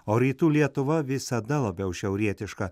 o rytų lietuva visada labiau šiaurietiška